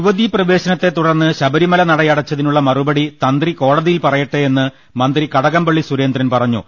യുവതീ പ്രവേശനത്തെതുടർന്ന് ശബരിമല നടയടച്ചതിനുള്ള മറുപടി തന്ത്രി കോടതിയിൽ പറയട്ടെ എന്ന് മന്ത്രി കടകംപള്ളി സുരേന്ദ്രൻ പറ ഞ്ഞു